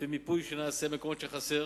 לפי מיפוי שנעשה במקומות שחסר,